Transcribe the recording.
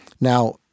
Now